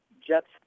Jets